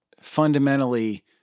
fundamentally